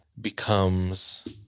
becomes